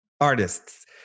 artists